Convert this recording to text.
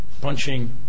punching